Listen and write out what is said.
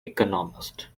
economist